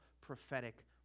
prophetic